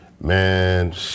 man